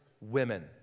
women